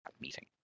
meeting